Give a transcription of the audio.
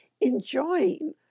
enjoying